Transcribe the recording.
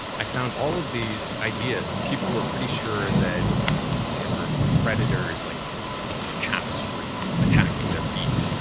i found all of these ideas. and people were pretty sure that there were predators like cats were attacking their feet.